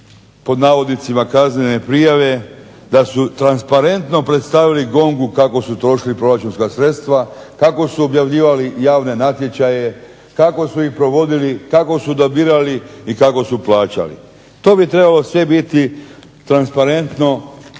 pod navodnicima kaznene prijave da su transparentno predstavili GONG-u kako su trošili proračunska sredstva, kako su objavljivali javne natječaje, kako su ih provodili, kako su odabirali i kako su plaćali. To bi trebalo sve biti transparentno